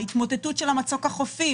ההתמוטטות של המצוק החופי.